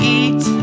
eat